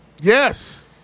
Yes